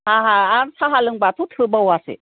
आंहा आरो साहा लोंबाथ' थोबावासो